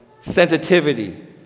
sensitivity